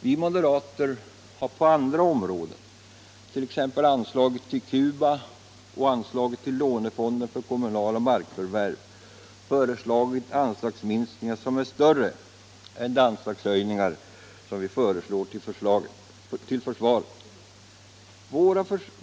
Vi moderater har på andra områden, t.ex. i fråga om anslaget till Cuba och anslaget till lånefonden för kommunala markförvärv, föreslagit anslagsminskningar som är större än de anslagshöjningar vi föreslår till försvaret.